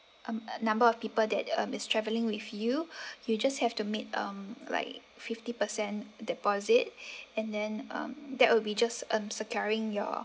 um uh number of people that um is travelling with you you just have to make um like fifty percent deposit and then um that would be just um securing your